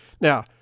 Now